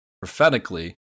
prophetically